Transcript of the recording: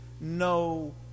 no